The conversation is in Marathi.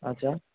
अच्छा